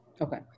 Okay